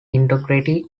integrity